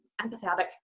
empathetic